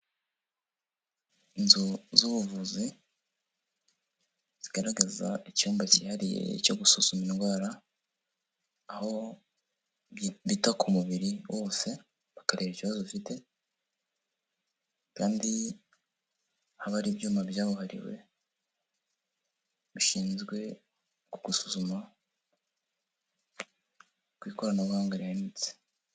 Inzu z'ubuvuzi zigaragaza icyumba cyihariye cyo gusuzuma indwara, aho bita ku mubiri wose bakareba ikibazo ufite, kandi haba hari ibyuma byabuhariwe bishinzwe gusuzuma kw’ikoranabuhanga rihanitse.